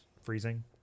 freezing